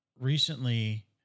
recently